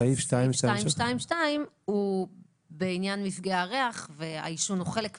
סעיף 222 הוא בעניין מפגעי הריח שהעישון הוא חלק ממנו.